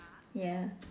ya